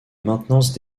maintenance